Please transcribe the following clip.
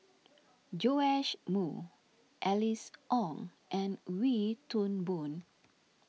Joash Moo Alice Ong and Wee Toon Boon